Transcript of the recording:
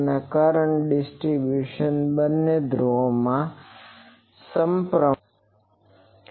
અને current distribution બંને ધ્રુવોમાં સપ્રમાણમાં છે